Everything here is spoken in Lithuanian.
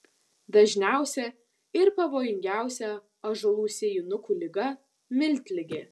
dažniausia ir pavojingiausia ąžuolų sėjinukų liga miltligė